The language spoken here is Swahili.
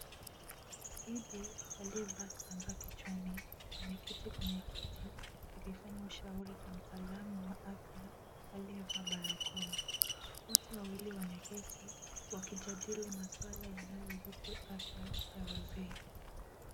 Bibi aliyevaa kitambaa kichwani ameketi kwenye kiti, akifanya ushauri na mtaalamu wa afya aliyevaa barakoa. Wote wawili wameketi wakijadili masuala yanayohusu afya ya wazee.